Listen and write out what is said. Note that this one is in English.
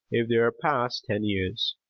if they are past ten years.